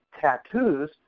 tattoos